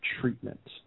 treatment